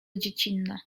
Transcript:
dziecinna